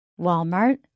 Walmart